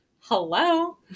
hello